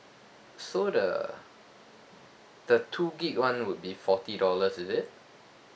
so the the two gig one would be forty dollars is it